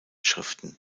schriften